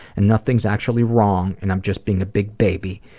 and nothing's actually wrong, and i'm just being a big baby.